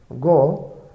go